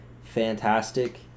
fantastic